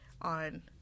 on